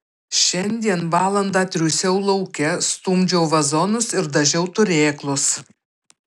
šiandien valandą triūsiau lauke stumdžiau vazonus ir dažiau turėklus